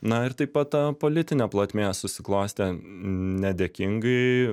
na ir taip pat ta politinė plotmė susiklostė nedėkingai